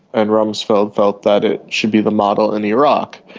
and rumsfeld felt that it should be the model in iraq.